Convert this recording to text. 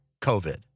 COVID